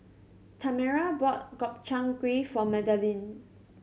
Tamera bought Gobchang Gui for Madalyn